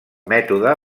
mètode